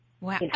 Wow